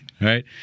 Right